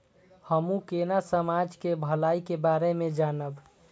हमू केना समाज के भलाई के बारे में जानब?